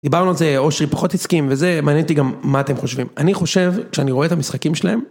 דיברנו על זה, אושרי פחות הסכים וזה.. מעניין אותי גם מה אתם חושבים. אני חושב, כשאני רואה את המשחקים שלהם...